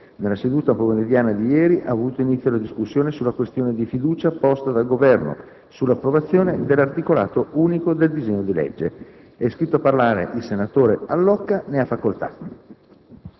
nella seduta pomeridiana di ieri ha avuto inizio la discussione sulla questione di fiducia posta dal Governo sull'approvazione del disegno di legge, composto del solo articolo 1. È iscritto a parlare il senatore Allocca. Ne ha facoltà.